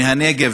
מהנגב,